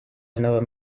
another